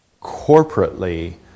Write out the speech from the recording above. corporately